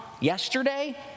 yesterday